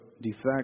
defect